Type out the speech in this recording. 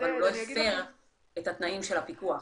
אבל הוא לא הפר את תנאי הפיקוח.